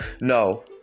no